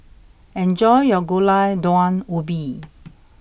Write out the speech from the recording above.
enjoy your Gulai Daun Ubi